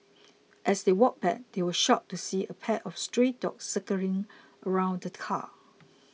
as they walked back they were shocked to see a pack of stray dogs circling around the car